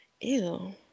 Ew